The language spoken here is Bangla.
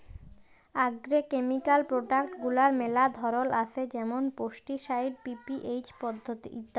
আগ্রকেমিকাল প্রডাক্ট গুলার ম্যালা ধরল আসে যেমল পেস্টিসাইড, পি.পি.এইচ ইত্যাদি